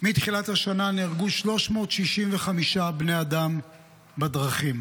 מתחילת השנה נהרגו 365 בני אדם בדרכים.